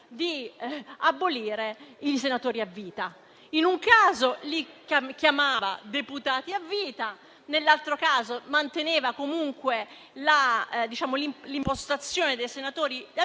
di abolire i senatori a vita: in un caso li chiamava deputati a vita, nell'altro manteneva l'impostazione dei senatori a vita,